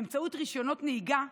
באמצעות רישיונות נהיגה,